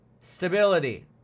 stability